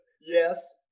yes